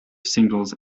singles